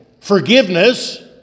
forgiveness